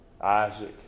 Isaac